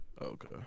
Okay